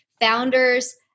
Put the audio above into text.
founders